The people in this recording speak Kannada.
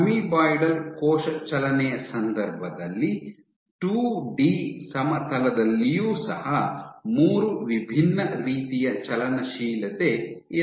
ಅಮೀಬಾಯ್ಡ್ ಕೋಶ ಚಲನೆಯ ಸಂದರ್ಭದಲ್ಲಿ ಟೂಡಿ ಸಮತಲದಲ್ಲಿಯೂ ಸಹ ಮೂರು ವಿಭಿನ್ನ ರೀತಿಯ ಚಲನಶೀಲತೆ ಇರಬಹುದು